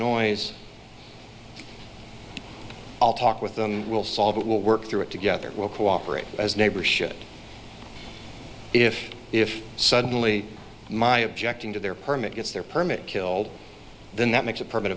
noise i'll talk with them we'll solve it we'll work through it together we'll cooperate as neighbors should if if suddenly my objecting to their permit gets their permit killed then that makes a permit